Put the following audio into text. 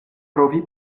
provi